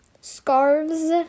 scarves